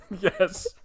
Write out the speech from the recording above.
yes